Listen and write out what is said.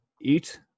eat